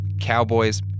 cowboys